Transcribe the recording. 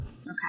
Okay